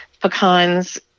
pecans